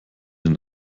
den